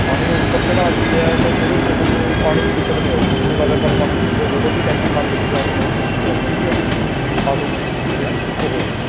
ਪਾਣੀ ਉਹ ਉੱਪਰ ਚੜ੍ਹਾ ਦਿੰਦੇ ਆ ਅਤੇ ਉਹਦੇ 'ਚੋਂ ਸਾਨੂੰ ਪਾਣੀ ਦੀ ਦਿੱਕਤ ਨਹੀਂ ਆਵੇਗੀ ਤੁਹਾਨੂੰ ਲਗਾਤਾਰ ਪਾਣੀ ਮਿਲੇਗਾ ਜਦੋਂ ਵੀ ਟੈਂਕੀ ਖਾਲੀ ਹੁੰਦੀ ਆਟੋਮੈਟਿਕ ਮੋਟਰ ਚਲ ਜਾਂਦੀ ਹੈ ਆਟੋਮੈਟਿਕ ਜਿਹੜੀ ਹੈ ਉਹ ਹੋ ਜਾਂਦੀ ਹੈ